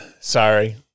sorry